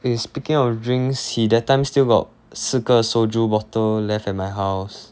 eh speaking of drinks he that time still got 四个 soju bottle left at my house